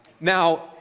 Now